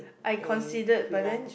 I considered but then